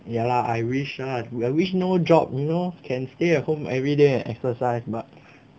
ya lah I wish ah but wish not joke you know can stay at home everyday and exercise but